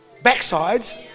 backsides